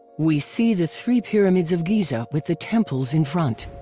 we see the three pyramids of giza with the temples in front,